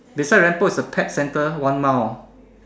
beside lamp pole is a pet center one mile